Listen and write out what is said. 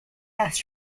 erst